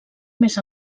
més